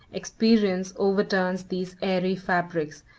experience overturns these airy fabrics,